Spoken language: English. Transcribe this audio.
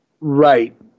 Right